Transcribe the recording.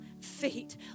feet